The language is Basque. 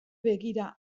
begira